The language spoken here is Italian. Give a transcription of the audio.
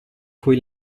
cui